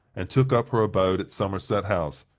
and took up her abode at somerset house,